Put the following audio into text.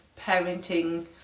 parenting